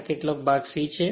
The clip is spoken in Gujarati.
અહીં કેટલાક ભાગ C છે